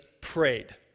prayed